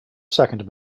second